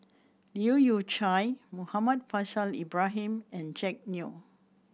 Leu Yew Chye Muhammad Faishal Ibrahim and Jack Neo